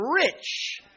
rich